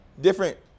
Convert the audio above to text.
different